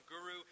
guru